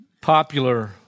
popular